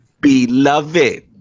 Beloved